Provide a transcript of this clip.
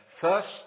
first